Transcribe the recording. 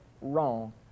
wrong